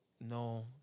no